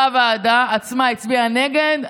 בוועדה עצמה היא הצביעה נגד,